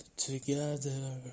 together